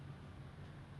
ah ah ya